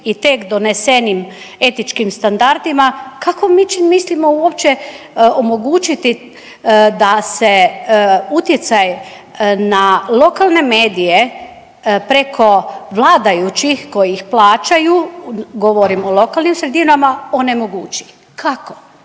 i tek donesenim etičkim standardima kako mislimo uopće omogućiti da se utjecaj na lokalne medije, preko vladajućih koji ih plaćaju govorim o lokalnim sredinama, onemogući. Kako.